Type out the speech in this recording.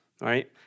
right